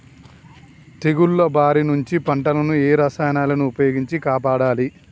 తెగుళ్ల బారి నుంచి పంటలను ఏ రసాయనాలను ఉపయోగించి కాపాడాలి?